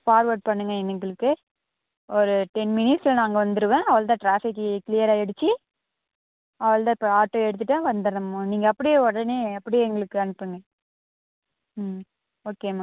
forward பண்ணுங்கள் எங்களுக்கு ஒரு டென் மினிட்ஸில் நான் அங்கே வந்துடுவேன் அவ்வளோ தான் டிராஃபிக்கி க்ளியர் ஆகிடுச்சு அவ்வளோ தான் இப்போ ஆட்டோ எடுத்துவிட்டேன் வந்துடுறேம்மா நீங்கள் அப்படியே உடனே அப்படியே எங்களுக்கு அனுப்புங்கள் ம் ஓகேம்மா